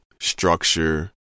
structure